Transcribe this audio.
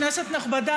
כנסת נכבדה,